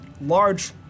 large